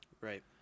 Right